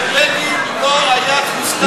מזל שבגין לא היה תבוסתן כמוכם.